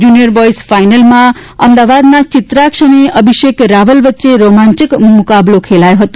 junior boys ફાઈનલમાં અમદાવાદના ચિત્રાક્ષ અને અભિષેક રાવલ વચ્ચે રોમાંચક મુકાબલો ખેલાયો હતો